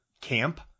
camp